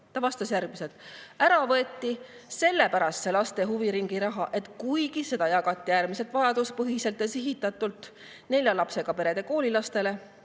Ta vastas järgmiselt: ära võeti sellepärast see laste huviringiraha, et kuigi seda jagati äärmiselt vajaduspõhiselt ja sihitatult nelja lapsega perede koolilastele